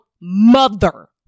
mother